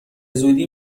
زودی